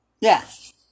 Yes